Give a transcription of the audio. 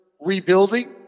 rebuilding